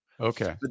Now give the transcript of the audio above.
Okay